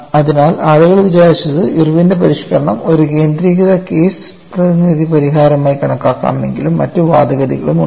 അതിനാൽ ആളുകൾ വിചാരിച്ചത് ഇർവിന്റെ പരിഷ്ക്കരണം ഒരു ഏകീകൃത കേസ് പ്രതിനിധി പരിഹാരമായി കണക്കാക്കാമെങ്കിലും മറ്റ് വാദഗതികളും ഉണ്ട്